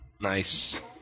nice